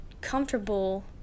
comfortable